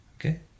Okay